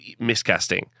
miscasting